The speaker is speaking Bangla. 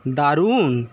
দারুণ